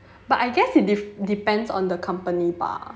but I guess it depends on the company bah